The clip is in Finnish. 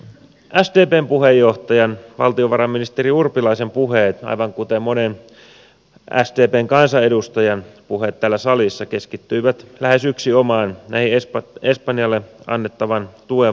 sdpn puheenjohtajan valtiovarainministeri urpilaisen puheet aivan kuten monen sdpn kansanedustajan puheet täällä salissa keskittyivät lähes yksinomaan espanjalle annettavan tuen vakuuksiin